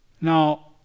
Now